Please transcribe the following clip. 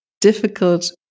difficult